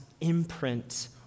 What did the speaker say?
imprint